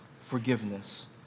forgiveness